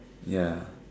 ya